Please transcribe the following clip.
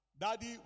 Daddy